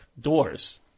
doors